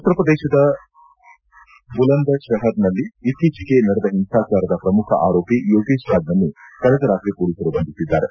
ಉತ್ತರಪ್ಪದೇಶದ ಬುಲಂದರ್ಶಪರ್ನಲ್ಲಿ ಇತ್ತೀಚೆಗೆ ನಡೆದ ಒಂಸಾಚಾರದ ಪ್ರಮುಖ ಆರೋಪಿ ಯೋಗೇಶ್ ರಾಜ್ ನನ್ನು ಕಳೆದ ರಾತ್ರಿ ಮೊಲೀಸರು ಬಂಧಿಸಿದ್ದಾರೆ